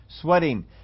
sweating